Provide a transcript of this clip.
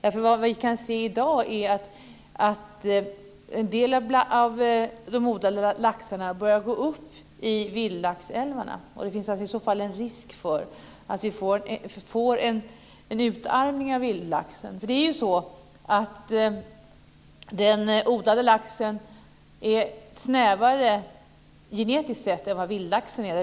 Vad vi i dag kan se är att en del av de odlade laxarna börjar gå upp i vildlaxälvarna. Det finns i så fall en risk att vi får en utarmning av vildlaxen. Den odlade laxen är snävare genetiskt sett än vad vildlaxen är.